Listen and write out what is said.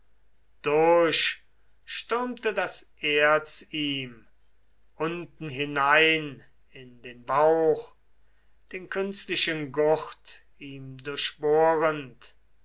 durch stürmte das erz ihm unten hinein in den bauch den künstlichen gurt ihm durchbohrend